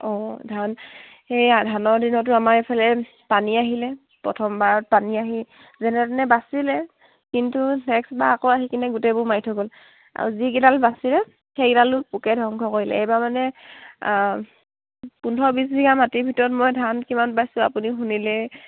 অঁ ধান সেইয়া ধানৰ দিনতো আমাৰ এইফালে পানী আহিলে প্ৰথমবাৰত পানী আহি যেনে তেনে বাচিলে কিন্তু নেক্সটবাৰ আকৌ আহি কিনে গোটেইবোৰ মাৰি থৈ গ'ল আৰু যিকেইডাল বাচিলে সেইকেইডালো পোকে ধ্বংস কৰিলে এইবাৰ মানে পোন্ধৰ বিছ বিঘা মাটিৰ ভিতৰত মই ধান কিমান পাইছোঁ আপুনি শুনিলেই